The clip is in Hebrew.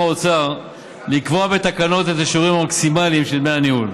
האוצר לקבוע בתקנות את השיעורים המקסימליים של דמי הניהול.